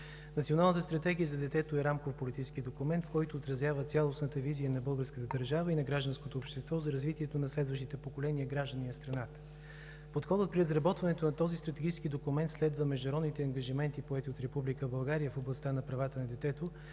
Националната стратегия за детето е рамков политически документ, който отразява цялостната визия на българската държава и гражданското общество за развитието на следващите поколения граждани на страната. Подходът при изработването на този стратегически документ следва международните ангажименти, поети от Република България в областта на правата на детето,